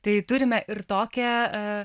tai turime ir tokią